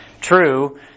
true